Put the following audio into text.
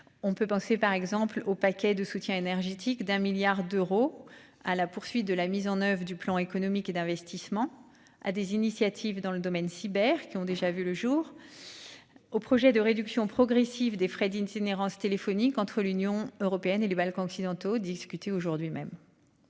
On peut penser par exemple au paquet de soutien énergétique d'un milliard d'euros à la poursuite de la mise en oeuvre du plan économique et d'investissement à des initiatives dans le domaine cyber qui ont déjà vu le jour. Au projet de réduction progressive des frais d'itinérance téléphonique entre l'Union européenne et des Balkans occidentaux discuter aujourd'hui même.